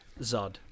Zod